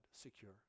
secure